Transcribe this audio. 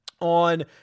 On